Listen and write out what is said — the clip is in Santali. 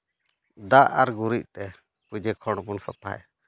ᱫᱟᱜ ᱟᱨ ᱜᱩᱨᱤᱡᱛᱮ ᱯᱩᱡᱟᱹ ᱠᱷᱚᱸᱰ ᱵᱚᱱ ᱥᱟᱯᱷᱟᱭᱟ